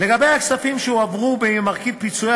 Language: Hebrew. לגבי הכספים שהועברו ממרכיב פיצויי